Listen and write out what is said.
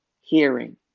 hearing